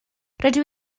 rydw